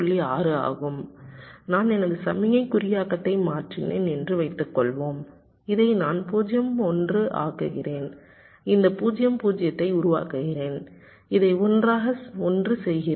6 ஆகும் நான் எனது சமிக்ஞை குறியாக்கத்தை மாற்றினேன் என்று வைத்துக்கொள்வேன் இதை நான் 0 1 ஆக்குகிறேன் இந்த 0 0 ஐ உருவாக்குகிறேன் இதை 1 ஆக 1 செய்கிறேன்